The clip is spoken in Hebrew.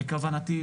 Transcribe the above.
בכוונתי,